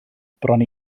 bron